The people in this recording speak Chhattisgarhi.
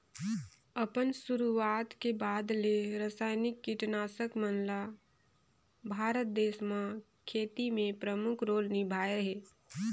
अपन शुरुआत के बाद ले रसायनिक कीटनाशक मन ल भारत देश म खेती में प्रमुख रोल निभाए हे